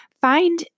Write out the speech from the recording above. Find